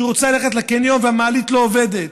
שרוצה ללכת לקניון והמעלית לא עובדת.